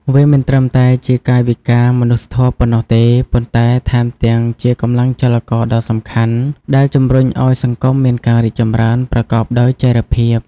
វាមិនត្រឹមតែជាកាយវិការមនុស្សធម៌ប៉ុណ្ណោះទេ ប៉ុន្តែថែមទាំងជាកម្លាំងចលករដ៏សំខាន់ដែលជំរុញឱ្យសង្គមមានការរីកចម្រើនប្រកបដោយចីរភាព។